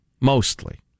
mostly